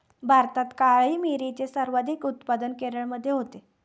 भारतात काळी मिरीचे सर्वाधिक उत्पादन केरळमध्ये होते